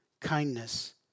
kindness